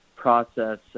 Process